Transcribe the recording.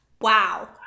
Wow